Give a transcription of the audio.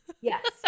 Yes